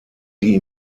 die